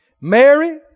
Mary